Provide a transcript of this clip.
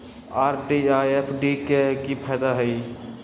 RD आ FD के कि फायदा हई?